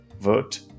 vote